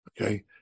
Okay